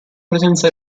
presenza